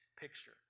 picture